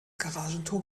garagentor